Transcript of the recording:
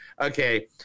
okay